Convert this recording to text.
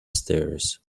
stairs